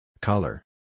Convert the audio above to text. Color